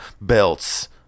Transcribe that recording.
belts